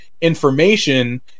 information